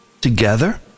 together